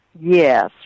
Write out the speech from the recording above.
Yes